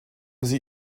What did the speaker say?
sie